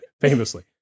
Famously